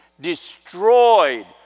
destroyed